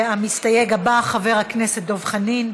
המסתייג הבא, חבר הכנסת דב חנין.